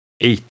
eight